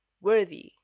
worthy